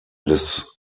des